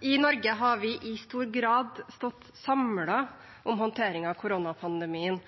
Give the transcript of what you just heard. I Norge har vi i stor grad stått samlet om håndteringen av koronapandemien.